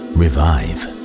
revive